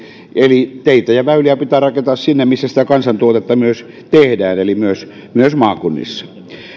eli teitä ja väyliä pitää rakentaa sinne missä sitä kansantuotetta myös tehdään eli myös myös maakuntiin